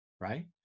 right